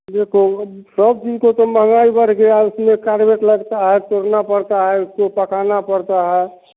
देखो अब सब्जी को तो महंगाई बढ़ गया है उसमें कार्वेट लगता है तोड़ना पड़ता है उसको पकाना पड़ता है